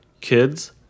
kids